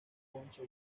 concha